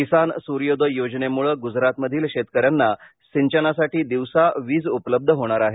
किसान स्र्योदय योजनेमुळे ग्जरातमधील शेतकऱ्यांना सिंचनासाठी दिवसा वीज उपलब्ध होणार आहे